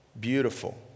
Beautiful